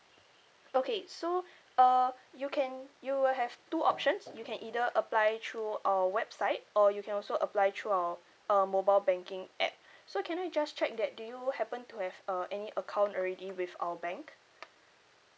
okay so uh you can you will have two options you can either apply through our website or you can also apply through our uh mobile banking app so can I just check that do you happen to have uh any account already with our bank